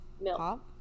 Milk